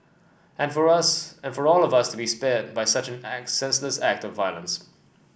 and for us and for all of us to be spared by such senseless act of violence